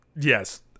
yes